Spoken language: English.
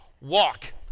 walk